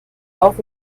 auf